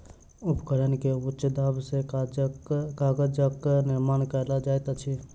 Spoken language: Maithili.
उपकरण के उच्च दाब सॅ कागजक निर्माण कयल जाइत अछि